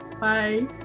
Bye